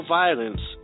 violence